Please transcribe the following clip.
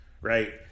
right